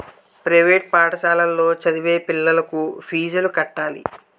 private పాఠశాలలో చదివే పిల్లలకు ఫీజులు కట్టాలి